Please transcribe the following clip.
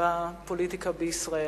בפוליטיקה בישראל.